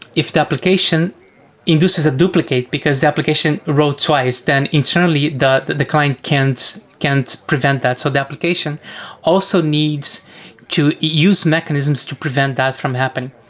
if the application induces a duplicate because the application wrote twice, then internally the client can't can't prevent that. so the application also needs to use mechanisms to prevent that from happening.